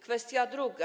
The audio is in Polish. Kwestia druga.